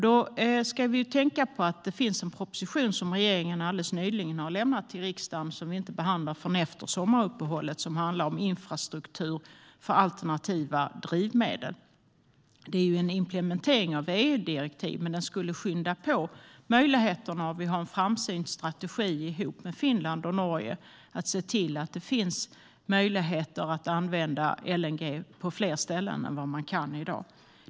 Vi ska tänka på att det finns en proposition som regeringen alldeles nyligen lämnade till riksdagen och som vi inte behandlar förrän efter sommaruppehållet. Den handlar om infrastruktur för alternativa drivmedel. Det är fråga om implementering av EU-direktiv, men det skulle skynda på möjligheterna om vi hade en framsynt strategi ihop med Finland och Norge för att se till att det finns möjligheter att använda LNG på fler ställen än i dag.